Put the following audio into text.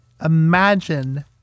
Imagine